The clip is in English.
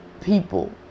people